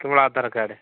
କେବଳ ଆଧାର କାର୍ଡ୍